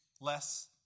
less